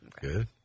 Good